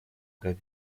как